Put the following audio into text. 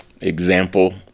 example